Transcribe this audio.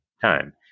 time